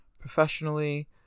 professionally